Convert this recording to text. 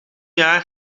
jaar